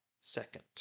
second